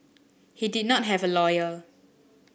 he did not have a lawyer